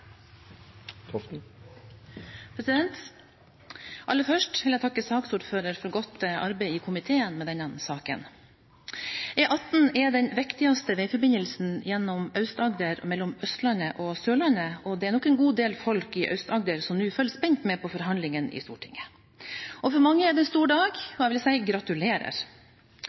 innstilling. Aller først vil jeg takke saksordføreren for godt arbeid i komiteen med denne saken. E18 er den viktigste veiforbindelsen gjennom Aust-Agder og mellom Østlandet og Sørlandet, og det er nok en del folk i Aust-Agder som nå følger spent med på forhandlingene i Stortinget. For mange er det en stor dag. Og jeg vil